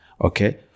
Okay